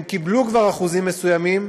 הם קיבלו כבר אחוזים מסוימים,